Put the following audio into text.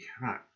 right